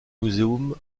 museum